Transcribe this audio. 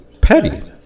Petty